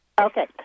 Okay